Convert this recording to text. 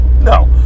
No